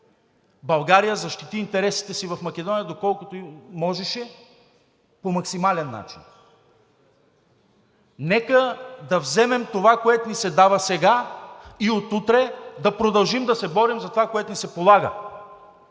България защити интересите си в Македония, доколкото можеше – по максимален начин! Нека да вземем онова, което ѝ се дава сега, и от утре да продължим да се борим за това, което ни се полага!